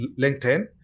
LinkedIn